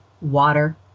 water